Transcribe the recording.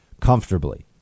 comfortably